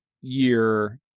year